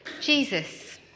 Jesus